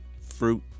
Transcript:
fruit